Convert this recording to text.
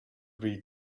read